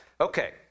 Okay